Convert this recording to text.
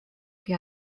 que